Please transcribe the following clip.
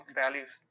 values